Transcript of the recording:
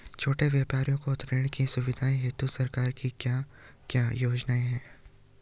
छोटे व्यापारियों को ऋण की सुविधा हेतु सरकार की क्या क्या योजनाएँ हैं?